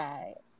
Right